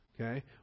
Okay